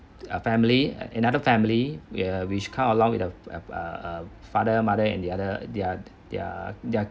a family in other family uh which come along with the uh father mother and the other their their their